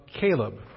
Caleb